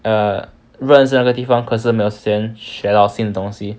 err 认识那个地方可是没有时间学到新的东西